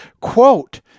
quote